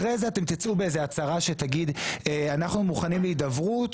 אחר כך אתם תצאו באיזו הצהרה שתגיד שאנחנו מוכנים להידברות